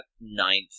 ninth